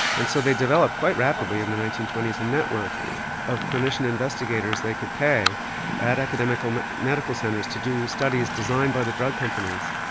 and so they developed quite rapidly in the nineteen twenty s a network of clinician investigators they could pay at academic um medical centres to do studies designed by the drug companies.